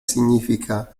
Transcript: significa